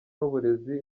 n’uburezi